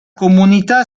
comunità